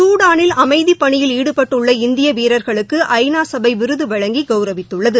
சூடாளில் அமைதி பணியில் ஈடுபட்டுள்ள இந்திய வீரர்களுக்கு ஐ நாட்சபை விருது வழங்கி கவுரவித்துள்ளது